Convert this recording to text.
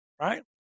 right